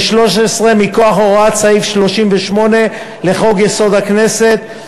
מכוח הוראת סעיף 38 לחוק-יסוד: הכנסת,